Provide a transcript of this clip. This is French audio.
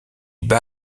bat